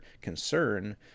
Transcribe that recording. concern